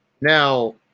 Now